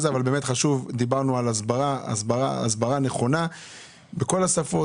דיברנו על הסברה נכונה בכל השפות.